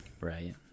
right